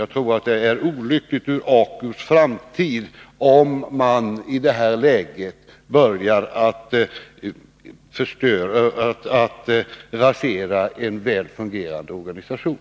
Jag tror att det är olyckligt med hänsyn till ACO:s framtid om man i detta läge börjar rasera en väl fungerande organisation.